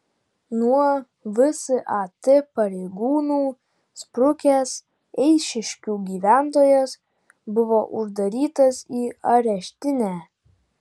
nuo vsat pareigūnų sprukęs eišiškių gyventojas buvo uždarytas į areštinę